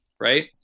right